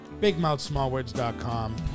BigMouthSmallWords.com